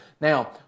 Now